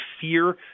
fear